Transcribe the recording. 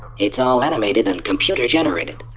it's all animated and computer-generated.